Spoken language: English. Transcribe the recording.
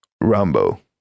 Rambo